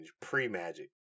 pre-Magic